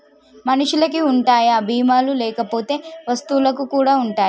మనుషులకి ఉంటాయా బీమా లు లేకపోతే వస్తువులకు కూడా ఉంటయా?